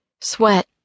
Sweat